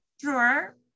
sure